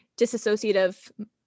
disassociative